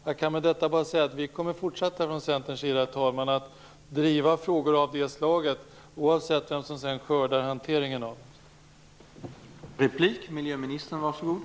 Jag kan med detta bara säga att vi kommer att fortsätta från Centerns sida, herr talman, att driva frågor av det slaget, oavsett vem som sedan skördar lagrarna i hanteringen av det.